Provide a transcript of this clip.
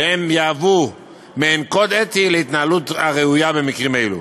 שיהיו מעין קוד אתי להתנהלות הראויה במקרים אלו.